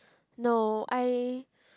no I